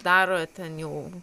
daro ten jau